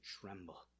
tremble